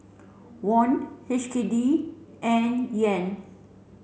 won H K D and Yen